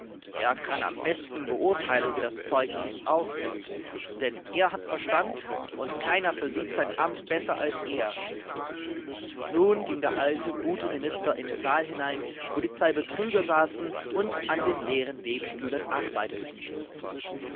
er kann am besten beurteilen wie das zeug sich ausnimmt denn er hat verstand und keiner versieht sein amt besser als er nun ging der alte gute minister in den saal hinein wo die zwei betrüger saßen und an den leeren webstühlen arbeiteten